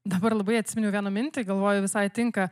dabar labai atsiminiau vieną mintį galvoju visai tinka